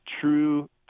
true